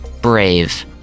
brave